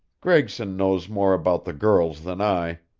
gregson knows more about the girls than i.